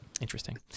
Interesting